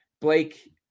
Blake